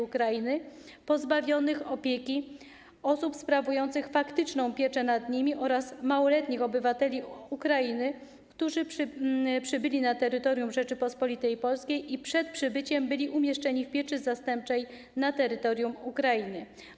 Ukrainy pozbawionych opieki osób sprawujących faktyczną pieczę nad nimi oraz małoletnich obywateli Ukrainy, którzy przybyli na terytorium Rzeczypospolitej Polskiej i przed przybyciem byli umieszczeni w pieczy zastępczej na terytorium Ukrainy.